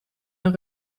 een